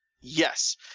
Yes